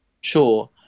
Sure